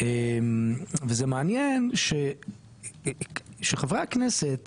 וזה מעניין שחברי הכנסת